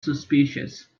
suspicious